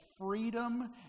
freedom